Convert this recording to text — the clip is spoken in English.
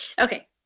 Okay